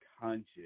conscious